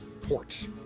port